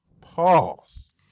pause